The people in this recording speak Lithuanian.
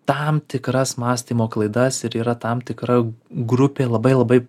tam tikras mąstymo klaidas ir yra tam tikra grupė labai labai